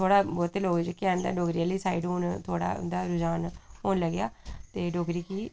थोड़ा बोह्ते लोक जेह्के हैन ते डोगरी आह्ली साइड हुन थोड़ा उंदा रूझान होन लगेया ते डोगरी गी